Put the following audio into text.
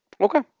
Okay